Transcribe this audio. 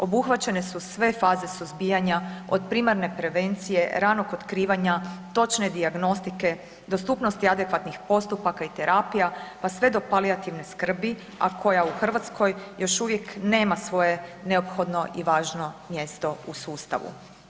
Obuhvaćene su sve faze suzbijanja od primarne prevencije, ranog otkrivanja, točne dijagnostike, dostupnosti adekvatnih postupaka i terapija, pa sve do palijativne skrbi a koja u Hrvatskoj još uvijek nema svoje neophodno i važno mjesto u sustavu.